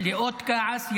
לאות כעס,